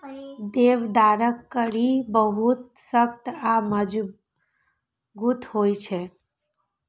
देवदारक कड़ी बहुत सख्त आ मजगूत होइ छै